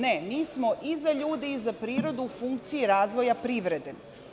Ne, mi smo i za ljude i za prirodu, u funkciji razvoja privrede.